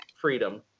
freedom